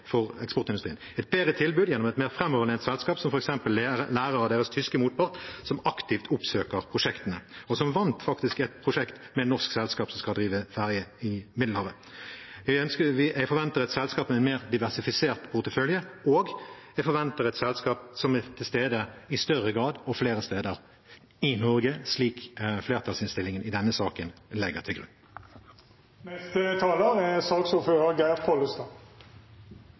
for eksportindustrien – et bedre tilbud gjennom et mer framoverlent selskap, som f.eks. lærer av deres tyske motpart, som aktivt oppsøker prosjektene, og som faktisk vant et prosjekt med et norsk selskap som skal drive ferge i Middelhavet. Jeg forventer et selskap med en mer diversifisert portefølje, og jeg forventer et selskap som er til stede i større grad og flere steder i Norge, slik flertallsinnstillingen i denne saken legger til